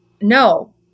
No